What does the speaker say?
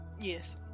Yes